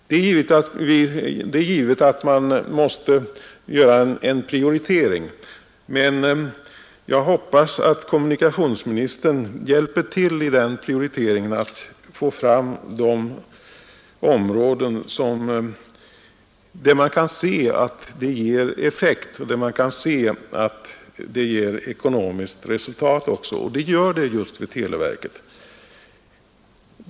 Det är givet att man måste göra en prioritering, men jag hoppas att kommunikationsministern vid den prioriteringen hjälper till att få fram de områden där man kan se att det ger effekt och där man kan se att det ger ekonomiskt resultat också, och det gör det just vid televerket.